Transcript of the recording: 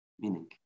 Meaning